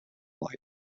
light